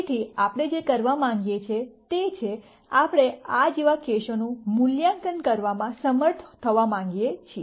તેથી આપણે જે કરવા માંગીએ છીએ તે છે આપણે આ જેવા કેસોનું મૂલ્યાંકન કરવામાં સમર્થ થવા માંગીએ છીએ